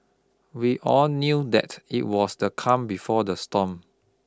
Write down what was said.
we all knew that it was the calm before the storm